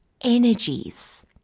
energies